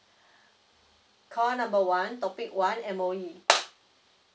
call number one topic one M_O_E